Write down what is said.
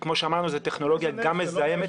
שכמו שאמרנו זו טכנולוגיה גם מזהמת,